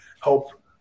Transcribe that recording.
help